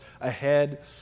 ahead